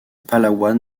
palawan